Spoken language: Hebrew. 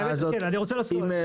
משפט אחרון.